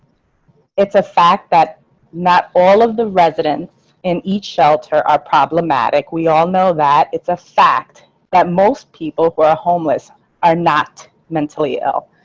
it's a fact that not all of the residents in each shelter are problematic. we all know that it's a fact that most people who are homeless are not mentally ill.